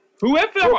Whoever